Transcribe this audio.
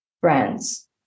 brands